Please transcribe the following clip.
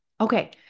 Okay